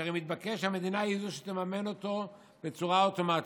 הרי מתבקש שהמדינה היא שתממן אותו בצורה אוטומטית.